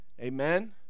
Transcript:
Amen